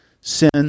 sin